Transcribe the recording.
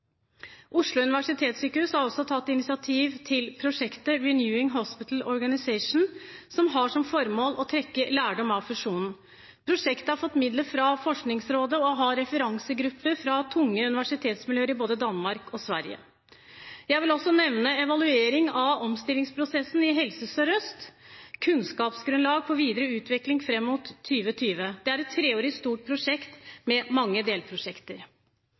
Oslo universitetssykehus har også tatt initiativ til prosjektet «Renewing hospital organization», som har som formål å trekke lærdom av fusjonen. Prosjektet har fått midler fra Forskningsrådet og har en referansegruppe fra tunge universitetsmiljøer i både Danmark og Sverige. Jeg vil også nevne «Evaluering av omstillingsprosessen i Helse Sør-Øst. Kunnskapsgrunnlag for videre utvikling frem mot 2020». Det er et treårig stort prosjekt med mange delprosjekter.